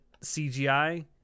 CGI